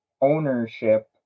ownership